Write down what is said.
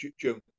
June